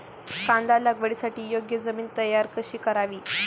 कांदा लागवडीसाठी योग्य जमीन तयार कशी करावी?